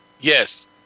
Yes